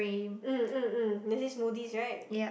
mm mm mm there's this smoothie right